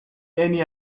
any